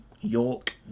York